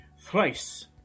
Thrice